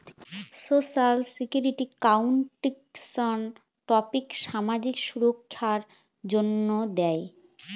social security contributions tax সামাজিক সুররক্ষার জন্য দেয়